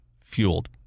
fueled